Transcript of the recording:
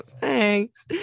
Thanks